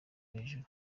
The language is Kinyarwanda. hejuru